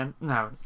No